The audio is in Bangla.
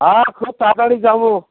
হ খুব তাড়াতাড়ি যাবো